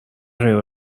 غیر